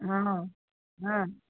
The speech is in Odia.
ହଁ ହଁ